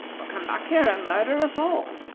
will come back here and murder us all.